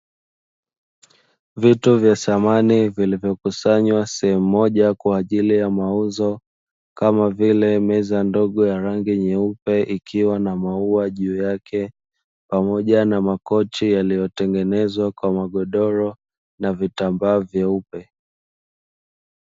Vitu vya samani vilivyokusanywa sehemu moja kwa ajili ya mauzo, kama vile meza ndogo ya rangi nyeupe, ikiwa na maua juu yake pamoja na makochi yaliyotengenezwa kwa magodoro na vitambaa vyeupe.